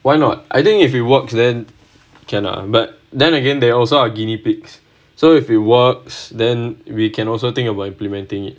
why not I think if it works then can lah but then again they also are guinea pigs so if it works then we can also think about implementing it